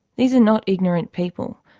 these are not ignorant people,